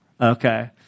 Okay